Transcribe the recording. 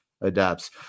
adapts